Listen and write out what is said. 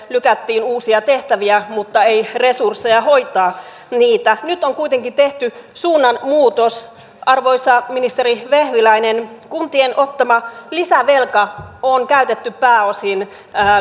lykättiin uusia tehtäviä mutta ei resursseja hoitaa niitä nyt on kuitenkin tehty suunnanmuutos arvoisa ministeri vehviläinen kuntien ottama lisävelka on käytetty pääosin